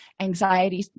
Anxiety